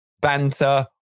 banter